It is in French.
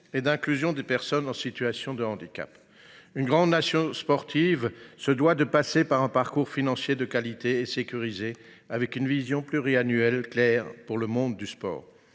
et d’inclusion des personnes en situation de handicap. Une grande nation sportive se doit de suivre un parcours financier de qualité et sécurisé, avec une vision pluriannuelle claire pour le monde du sport.